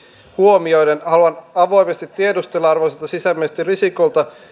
huomioiden haluan avoimesti tiedustella arvoisalta sisäministeri risikolta